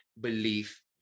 belief